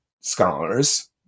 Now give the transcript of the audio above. scholars